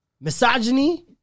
misogyny